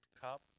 Cup